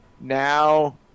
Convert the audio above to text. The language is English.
Now